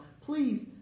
please